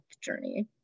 journey